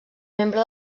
membre